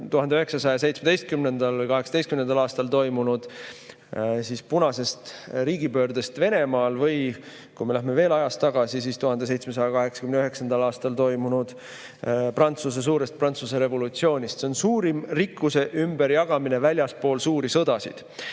1917. või 1918. aastal toimunud punasest riigipöördest Venemaal, või kui läheme veel ajas tagasi, siis 1789. aastal toimunud suurest Prantsuse revolutsioonist. See on suurim rikkuse ümberjagamine väljaspool suuri sõdasid.